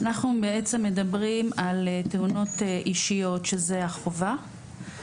אנחנו בעצם מדברים על תאונות אישיות, שזה החובה.